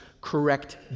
correct